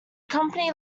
company